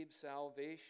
salvation